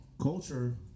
Culture